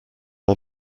are